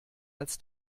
als